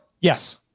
Yes